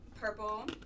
purple